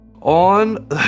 On